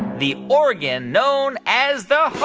the organ known as the